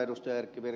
kannatan ed